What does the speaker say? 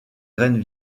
graines